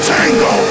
Tango